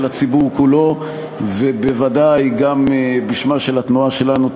הציבור כולו ובוודאי גם בשמה של התנועה שלנו,